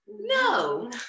No